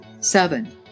seven